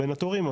בין התורים,